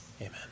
Amen